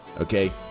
okay